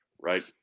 Right